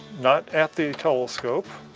not at the telescope.